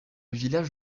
village